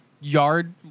yard